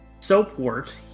Soapwort